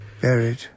Buried